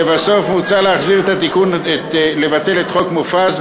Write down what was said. לבסוף, מוצע להחזיר את התיקון, לבטל את חוק מופז.